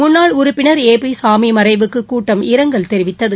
முன்னாள் உறுப்பினர் A P Sami மறைவுக்கு கூட்டம் இரங்கல் தெரிவித்தது